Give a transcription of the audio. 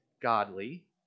godly